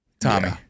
Tommy